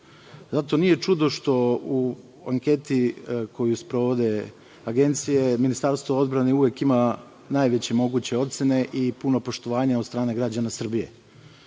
Zato nije čudo što u anketi koju sprovode agencije, Ministarstvo odbrane uvek ima najveće moguće ocene i puno poštovanje od strane građana Srbije. Meni